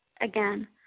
again